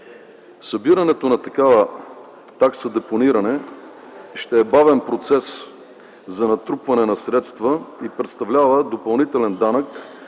Събирането на такса „Депониране” ще е бавен процес за натрупване на средства и представлява допълнителен данък,